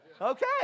Okay